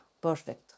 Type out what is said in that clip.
perfect